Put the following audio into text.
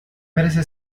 merece